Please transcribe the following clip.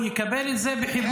הוא יקבל את זה בחיבוק?